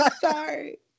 sorry